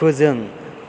फोजों